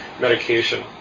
medication